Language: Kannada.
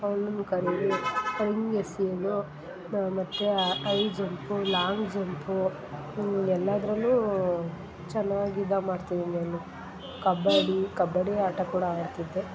ಅವಳನ್ನು ಕರಿರಿ ನಿನ್ನ ಹೆಸ್ರೇನು ಮತ್ತು ಐ ಜಂಪು ಲಾಂಗ್ ಜಂಪು ಎಲ್ಲಾದರಲ್ಲೂ ಚೆನ್ನಾಗಿ ಇದು ಮಾಡ್ತಿದ್ದೀನಿ ನಾನು ಕಬಡಿ ಕಬಡಿ ಆಟ ಕೂಡ ಆಡ್ತಿದ್ದೆ